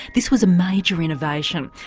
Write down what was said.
this was a major innovation.